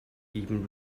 even